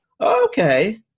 Okay